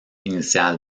initial